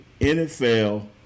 NFL